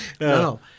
No